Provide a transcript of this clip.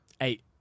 Eight